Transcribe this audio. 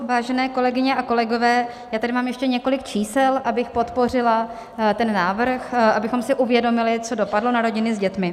Vážené kolegyně a kolegové, já tady mám ještě několik čísel, abych podpořila ten návrh, abychom si uvědomili, co dopadlo na rodiny s dětmi.